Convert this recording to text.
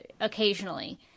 occasionally